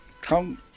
come